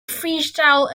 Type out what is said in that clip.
freestyle